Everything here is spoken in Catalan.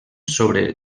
sobre